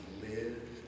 live